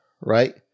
right